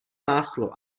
máslo